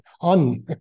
on